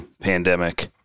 pandemic